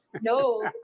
No